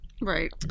Right